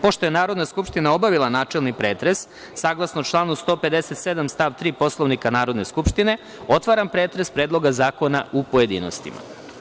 Pošto je Narodna skupština obavila načelni pretres, saglasno članu 157. stav 3. Poslovnika Narodne skupštine, otvaram pretres Predloga zakona u pojedinostima.